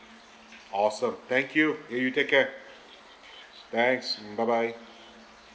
awesome thank you !hey! you take care thanks mm bye bye